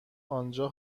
آنجا